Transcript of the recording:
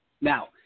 Now